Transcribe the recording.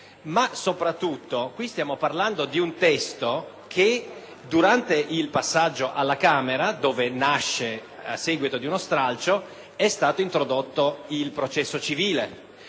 ma soprattutto qui stiamo parlando di un testo in cui, durante il passaggio alla Camera, dove nasce a seguito di uno stralcio, è stato introdotto il tema del processo civile.